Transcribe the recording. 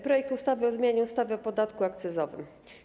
Projekt ustawy o zmianie ustawy o podatku akcyzowym.